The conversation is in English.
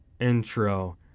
intro